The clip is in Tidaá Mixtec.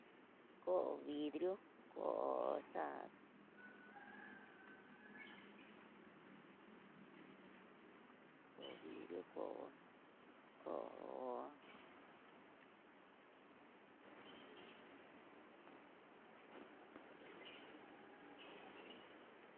Koo vidrió koo, koo xa'a, koo vidrió, koo há.